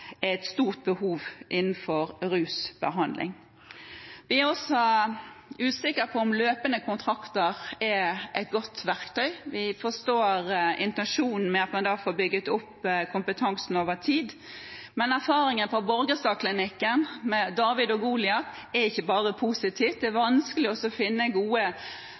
et stort behov for innenfor rusbehandling. Vi er også usikre på om løpende kontrakter er et godt verktøy. Vi forstår intensjonen med at man da får bygget opp kompetansen over tid, men erfaringen fra Borgestadklinikken – som med David og Goliat – er ikke bare positiv. Det er vanskelig å finne gode